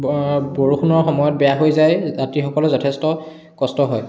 ব বৰষুণৰ সময়ত বেয়া হৈ যায় যাত্ৰীসকলৰ যথেষ্ট কষ্ট হয়